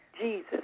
Jesus